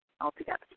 altogether